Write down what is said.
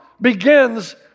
begins